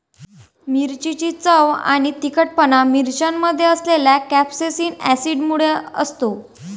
मिरचीची चव आणि तिखटपणा मिरच्यांमध्ये असलेल्या कॅप्सेसिन ऍसिडमुळे असतो